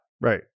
Right